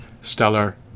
stellar